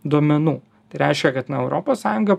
duomenų tai reiškia kad na europos sąjunga